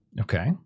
Okay